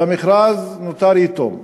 והמכרז נותר יתום,